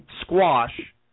squash